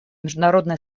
международное